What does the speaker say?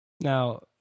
Now